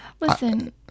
Listen